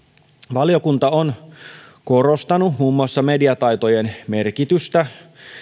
valiokunta on korostanut muun muassa mediataitojen merkitystä